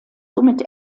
somit